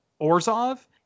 Orzov